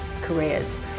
careers